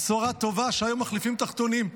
הבשורה הטובה היא שהיום מחליפים תחתונים,